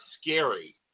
scary